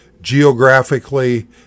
geographically